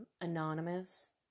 anonymous